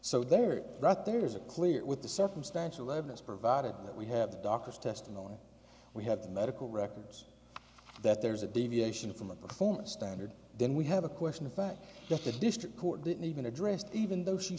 so there right there is a clear with the circumstantial evidence provided that we have the doctor's testimony we have the medical records that there's a deviation from a performance standard then we have a question of fact that the district court didn't even addressed even though she